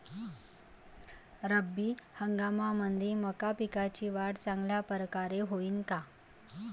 रब्बी हंगामामंदी मका पिकाची वाढ चांगल्या परकारे होईन का?